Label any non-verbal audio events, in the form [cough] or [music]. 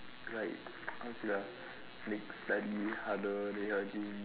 like [noise] how to say ah like study harder that kind of thing